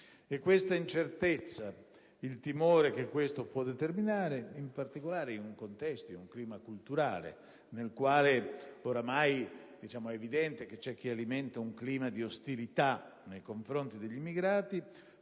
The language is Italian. Tale incertezza, e il timore che questo può determinare, in particolare in un contesto culturale nel quale ormai è evidente che c'è chi alimenta un clima di ostilità nei confronti degli immigrati,